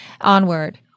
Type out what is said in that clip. onward